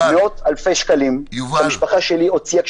מאות-אלפי שקלים המשפחה שלי הוציאה,